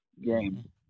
game